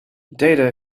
data